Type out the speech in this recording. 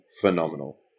phenomenal